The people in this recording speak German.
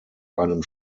einem